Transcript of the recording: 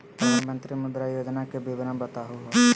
प्रधानमंत्री मुद्रा योजना के विवरण बताहु हो?